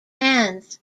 hands